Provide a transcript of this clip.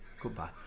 goodbye